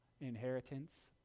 Inheritance